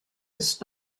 ist